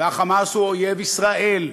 וה"חמאס" הוא אויב ישראל,